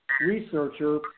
researcher